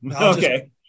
Okay